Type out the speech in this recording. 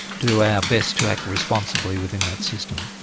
do our best to act responsibly within that system.